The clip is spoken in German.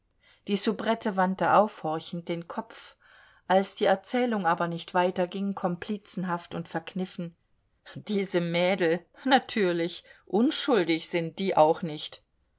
die soubrette wandte aufhorchend den kopf als die erzählung aber nicht weiter ging komplizenhaft und verkniffen diese mädel natürlich unschuldig sind die auch nicht